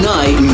Night